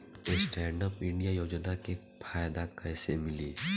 Stand up India योजना के फायदा कैसे मिली?